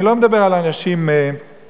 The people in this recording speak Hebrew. אני לא מדבר על אנשים מכובדים,